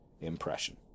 impression